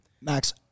Max